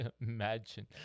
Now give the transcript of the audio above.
imagine